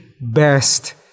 best